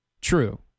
True